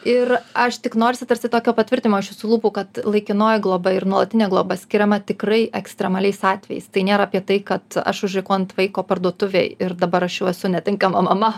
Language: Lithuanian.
ir aš tik norisi tarsi tokio patvirtinimo iš jūsų lūpų kad laikinoji globa ir nuolatinė globa skiriama tikrai ekstremaliais atvejais tai nėra apie tai kad aš užrikau ant vaiko parduotuvėj ir dabar aš jau esu netinkama mama